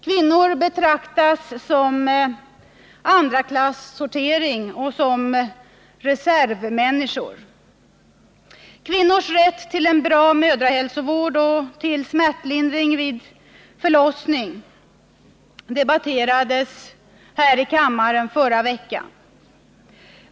Kvinnor betraktas som andraklassortering och reservmänniskor. Kvinnors rätt till en bra mödrahälsovård och smärtlindring vid förlossning debatterades här i kammaren förra veckan.